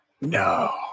No